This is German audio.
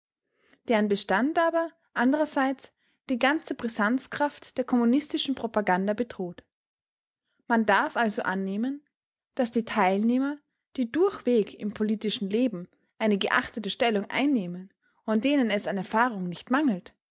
deren bestand aber andererseits die ganze brisanzkraft der kommunistischen propaganda bedroht man darf also annehmen daß die teilnehmer die durchweg im politischen leben eine geachtete stellung einnehmen und denen es an erfahrung nicht mangelt